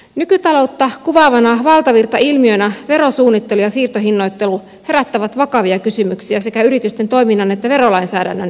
nykytaloutta kuvaavana valtavirtailmiönä verosuunnittelu ja siirtohinnoittelu herättävät vakavia kysymyksiä sekä yritysten toiminnan että verolainsäädännön eettisyydestä